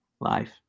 Life